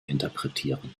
interpretieren